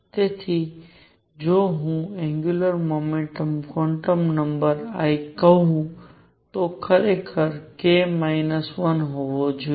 તેથી જો હું આ angular momentum quantum number l કહું તો તે ખરેખર k 1 હોવો જોઈએ